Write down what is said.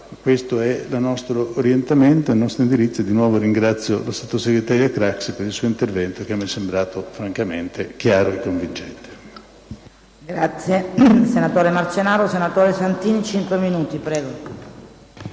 questo è il nostro orientamento e l'indirizzo. Di nuovo ringrazio la sottosegretaria Craxi per il suo intervento, che mi è sembrato chiaro e convincente.